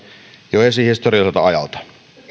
jo esihistorialliselta ajalta